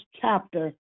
chapter